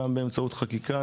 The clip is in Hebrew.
גם באמצעות חקיקה,